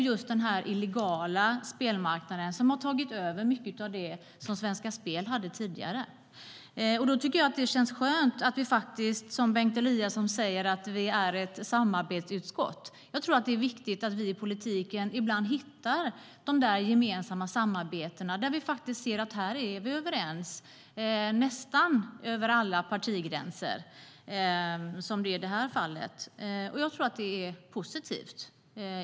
Just den illegala spelmarknaden har tagit över mycket av det som Svenska Spel hade tidigare. Jag tror att det är viktigt att vi i politiken ibland hittar de gemensamma samarbeten där vi kan säga att vi är överens över nästan alla partigränser, som i det här fallet. Det är positivt.